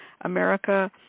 America